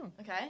Okay